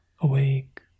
awake